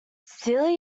silly